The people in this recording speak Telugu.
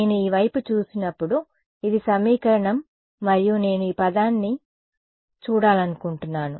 నేను ఈ వైపు చూసినప్పుడు ఇది సమీకరణం మరియు నేను ఈ పదాన్ని సరే చూడాలనుకుంటున్నాను